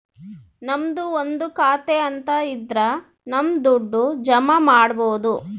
ನಮ್ದು ಒಂದು ಖಾತೆ ಅಂತ ಇದ್ರ ನಮ್ ದುಡ್ಡು ಜಮ ಮಾಡ್ಬೋದು